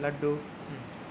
laddu